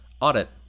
audit